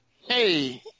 hey